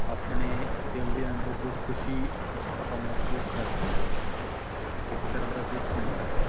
ਆਪਣੇ ਦਿਲ ਦੇ ਅੰਦਰ ਜੋ ਖੁਸ਼ੀ ਆਪਾਂ ਮਹਿਸੂਸ ਕਰਦੇ ਹਾਂ ਜਾਂ ਕਿਸੇ ਤਰ੍ਹਾਂ ਦਾ ਦੁੱਖ ਹੁੰਦਾ ਹੈ